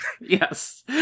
Yes